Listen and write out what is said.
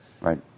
Right